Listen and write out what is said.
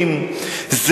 מחלוקת פנימית.